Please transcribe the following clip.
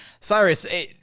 Cyrus